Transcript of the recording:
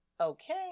Okay